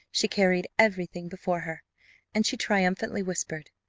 she carried every thing before her and she triumphantly whispered,